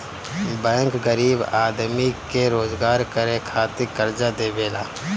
bank गरीब आदमी के रोजगार करे खातिर कर्जा देवेला